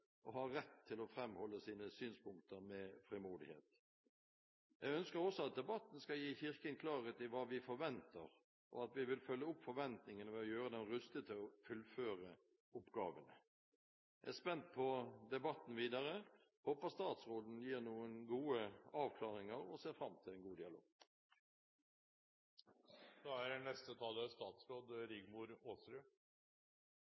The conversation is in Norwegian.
og ha rett til å framholde sine synspunkter med frimodighet. Jeg ønsker også at debatten skal gi Kirken klarhet i hva vi forventer, og at vi vil følge opp forventningene ved å gjøre dem rustet til å fullføre oppgavene. Jeg er spent på debatten videre, håper statsråden gir noen gode avklaringer, og ser fram til en god